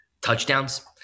touchdowns